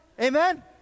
Amen